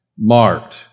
Marked